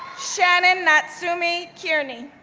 shannon natsumi kearney,